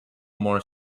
more